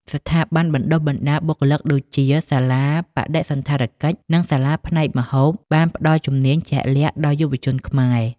ស្ថាប័នបណ្តុះបណ្តាលបុគ្គលិកដូចជា សាលាបដិសណ្ឋារ និងសាលាផ្នែកម្ហូបបានផ្ដល់ជំនាញជាក់លាក់ដល់យុវជនខ្មែរ។